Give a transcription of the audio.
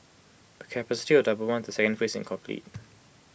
the double once the second phase is complete